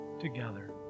together